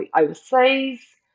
overseas